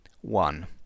one